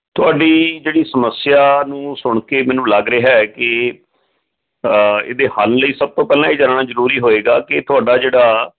ਤੁਹਾਡੀ ਜਿਹੜੀ ਸਮੱਸਿਆ ਨੂੰ ਸੁਣ ਕੇ ਮੈਨੂੰ ਲੱਗ ਰਿਹਾ ਕਿ ਇਹਦੇ ਹੱਲ ਲਈ ਸਭ ਤੋਂ ਪਹਿਲਾਂ ਇਹ ਜਾਨਣਾ ਜ਼ਰੂਰੀ ਹੋਏਗਾ ਕਿ ਤੁਹਾਡਾ ਜਿਹੜਾ